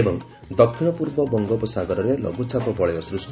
ଏବଂ ଦକ୍ଷିଣ ପୂର୍ବ ବଙ୍ଙୋପସାଗରେ ଲଘୁଚାପ ବଳୟ ସୃଷ୍